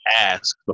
ask